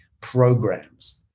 programs